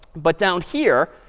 but down here,